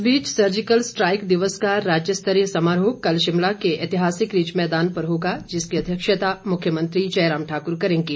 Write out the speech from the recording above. इस बीच surgical strike दिवस का राज्य स्तरीय समारोह कल शिमला के ऐतिहासिक रिज मैदान पर होगा जिसकी अध्यक्षता मुख्यमंत्री जयराम ठाकुर करेंगे